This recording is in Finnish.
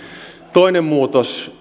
toinen muutos